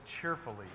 cheerfully